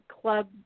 club